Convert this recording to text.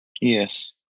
Yes